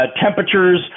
temperatures